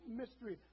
mystery